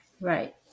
Right